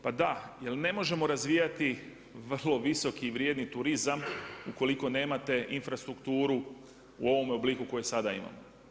Pa da, jer ne možemo razvijati vrlo visoki i vrijedni turizam ukoliko nemate infrastrukturu u ovome obliku koji sada imamo.